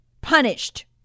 punished